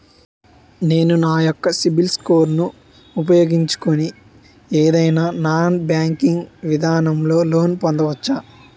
నేను నా యెక్క సిబిల్ స్కోర్ ను ఉపయోగించుకుని ఏదైనా నాన్ బ్యాంకింగ్ విధానం లొ లోన్ పొందవచ్చా?